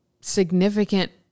significant